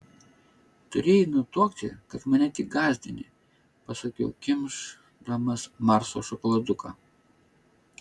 turėjai nutuokti kad mane tik gąsdini pasakiau kimš damas marso šokoladuką